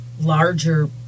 larger